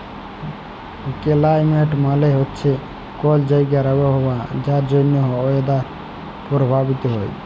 climate মালে হছে কল জাইগার আবহাওয়া যার জ্যনহে ওয়েদার পরভাবিত হ্যয়